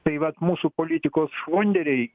tai vat mūsų politikos švonderiai